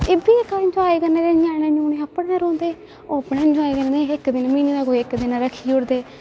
इब्बी इक इंजाए करने ञयाने ञुयाने अपने गै रौंह्दे ओह् अपने गै इंजाय करदे इक दिन म्हीने दा कोई इक दिन रक्खी ओड़दे